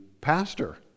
pastor